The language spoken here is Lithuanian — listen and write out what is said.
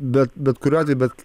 bet bet kuriuo atveju bet